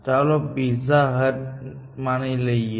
ચાલો Pizza Hut માની લઈએ